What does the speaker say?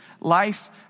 life